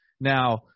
now